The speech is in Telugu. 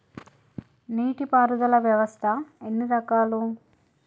నీటి పారుదల వ్యవస్థ ఎన్ని రకాలు?